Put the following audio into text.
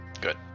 Good